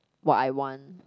what I want